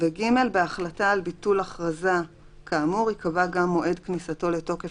"(ג)בהחלטה על ביטול הכרזה כאמור ייקבע גם מועד כניסתו לתוקף